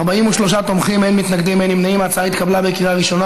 (הוראות לעניין היטל השבחה),